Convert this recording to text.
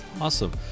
Awesome